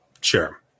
Sure